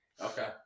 Okay